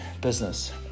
business